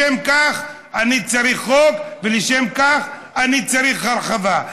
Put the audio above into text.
לשם כך אני צריך חוק, ולשם כך אני צריך הרחבה.